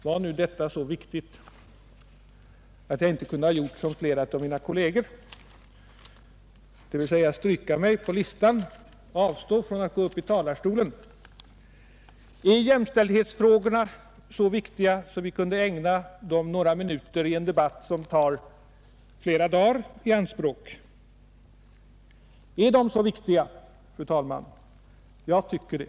Var nu detta så viktigt att jag inte hade kunnat göra som flera av mina kolleger, dvs. stryka mig på listan och avstå från att gå upp i talarstolen? Är jämställdhetsfrågorna så väsentliga att vi kan ägna dem några minuter under en debatt som tar flera dagar i anspråk? Är de så viktiga, fru talman? Jag tycker det.